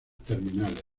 terminales